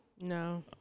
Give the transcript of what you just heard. No